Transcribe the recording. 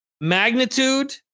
magnitude